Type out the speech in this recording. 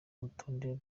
urutonde